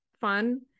fun